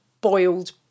boiled